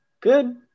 good